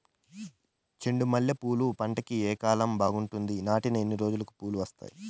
చెండు మల్లె పూలు పంట కి ఏ కాలం బాగుంటుంది నాటిన ఎన్ని రోజులకు పూలు వస్తాయి